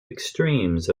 extremes